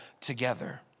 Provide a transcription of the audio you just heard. together